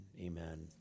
amen